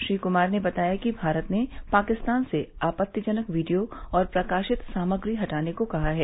श्री कुमार ने बताया कि भारत ने पाकिस्तान से आपत्तिजनक वीडियो और प्रकाशित सामग्री हटाने को कहा है